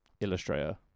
Illustrator